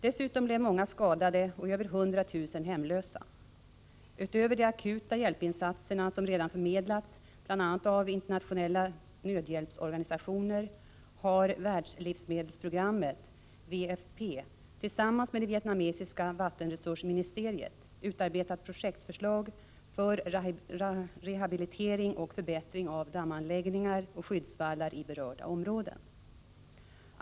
Dessutom blev många skadade och över 100 000 hemlösa. Utöver de akuta hjälpinsatser som redan förmedlats bl.a. av internationella nödhjälpsorganisationer har Världslivsmedelsprogrammet tillsammans med det vietnamesiska vattenresursministeriet utarbetat projektförslag för rehabilitering och förbättring av dammanläggningar och skyddsvallar i berörda områden.